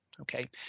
okay